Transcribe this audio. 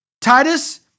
Titus